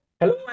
Hello